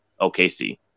OKC